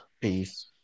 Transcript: Peace